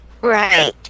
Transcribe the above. Right